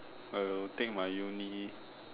I'll take my uni